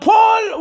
Paul